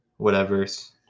whatevers